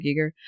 Giger